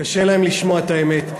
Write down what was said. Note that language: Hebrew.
קשה להם לשמוע את האמת.